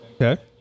Okay